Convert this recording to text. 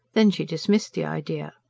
then she dismissed the idea.